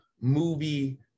movie